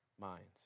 minds